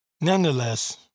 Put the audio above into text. nonetheless